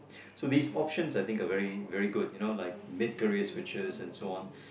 so these options I think are very very good you know like mid career switches and so on